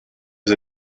sie